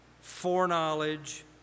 foreknowledge